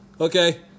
Okay